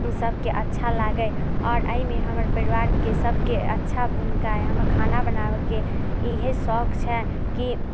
सबके अच्छा लागै आओर अइमे हमर परिवारके सबके अच्छा भूमिका अइ हमरा खाना बनाबैके इएहे शौक छै की